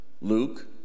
Luke